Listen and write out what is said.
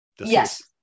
yes